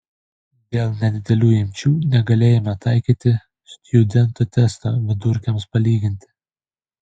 dėl nedidelių imčių negalėjome taikyti stjudento testo vidurkiams palyginti